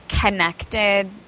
connected